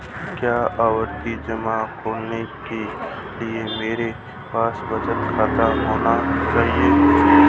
क्या आवर्ती जमा खोलने के लिए मेरे पास बचत खाता होना चाहिए?